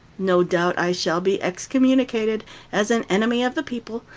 no doubt, i shall be excommunicated as an enemy of the people,